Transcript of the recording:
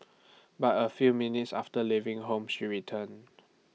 but A few minutes after leaving home she returned